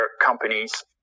companies